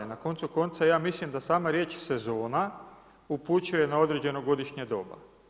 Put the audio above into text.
Na koncu konca, ja mislim da sama riječ sezona upućuje na određeno godišnje doba.